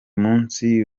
munsi